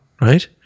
right